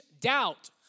doubt